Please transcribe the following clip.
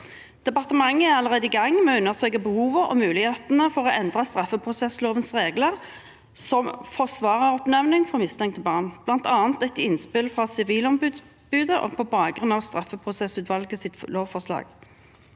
Departementet er allerede i gang med å undersøke behovet og mulighetene for å endre straffeprosesslovens regler, som forsvareroppnevning for mistenkte barn, bl.a. etter innspill fra Sivilombudet og på bakgrunn av straffeprosessutvalgets lovforslag.